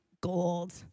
gold